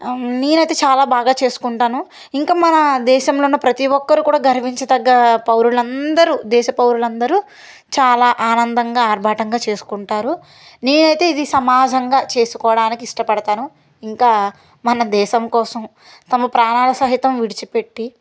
నేనైతే చాలా బాగా చేసుకుంటాను ఇంకా మన దేశంలో ఉన్న ప్రతి ఒక్కరు కూడా గర్వించదగ్గ పౌరులందరూ దేశ పౌరులు అందరు చాలా ఆనందంగా ఆర్భాటంగా చేసుకుంటారు నేనైతే ఇది సమాజంగా చేసుకోవడానికి ఇష్టపడతాను ఇంకా మన దేశం కోసం తమ ప్రాణాల సహితం విడిచిపెట్టి